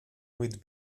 we’d